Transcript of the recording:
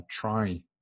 try